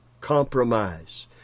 compromise